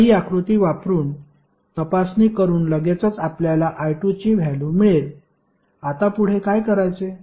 आता ही आकृती वापरुन तपासणी करून लगेचच आपल्याला I2 ची व्हॅल्यु मिळेल आता पुढे काय करायचे